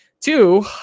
Two